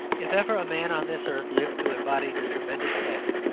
if ever a man on this earth lived to embody the tremendous text,